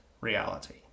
reality